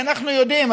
אנחנו יודעים,